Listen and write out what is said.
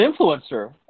influencer